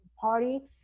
party